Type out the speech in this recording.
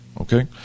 okay